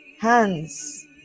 hands